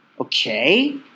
okay